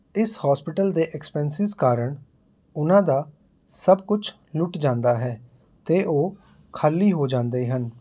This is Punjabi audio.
ਇਸ ਹੋਸਪਿਟਲ ਦੇ ਐਕਸਪੈਂਸਿਸ ਕਾਰਨ ਉਹਨਾਂ ਦਾ ਸਭ ਕੁਝ ਲੁੱਟ ਜਾਂਦਾ ਹੈ ਅਤੇ ਉਹ ਖਾਲੀ ਹੋ ਜਾਂਦੇ ਹਨ